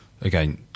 again